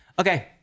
Okay